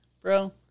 bro